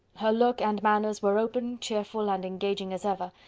her look and manners were open, cheerful, and engaging as ever,